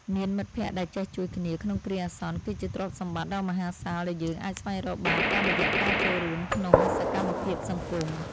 មានមិត្តភក្តិដែលចេះជួយគ្នាក្នុងគ្រាអាសន្នគឺជាទ្រព្យសម្បត្តិដ៏មហាសាលដែលយើងអាចស្វែងរកបានតាមរយៈការចូលរួមក្នុងសកម្មភាពសង្គម។